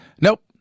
Nope